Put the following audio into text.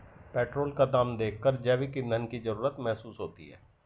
petrol का दाम देखकर जैविक ईंधन की जरूरत महसूस होती है